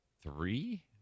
three